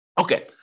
Okay